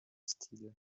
steele